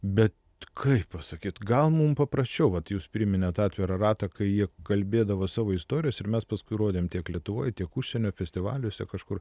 bet kaip pasakyt gal mums paprasčiau vat jūs priminėt atvirą ratą kai jie kalbėdavo savo istorijas ir mes paskui rodėm tiek lietuvoje tiek užsienio festivaliuose kažkur